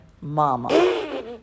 mama